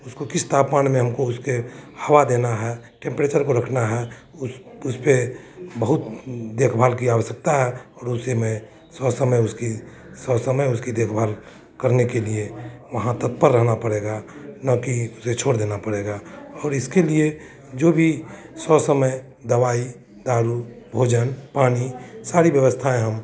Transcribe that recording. उसको किस तापमान में हमको उसके हवा देना है टेम्परेचर को रखना है उस उस पे बहुत देखभाल की आवश्यकता है और उसे मैं ससमय उसकी ससमय उसकी देखभाल करने के लिए वहाँ तत्पर रहना पड़ेगा न कि उसे छोड़ देना पड़ेगा और इसके लिए जो भी ससमय दवाई दारू भोजन पानी सारी व्यवस्थाएं हम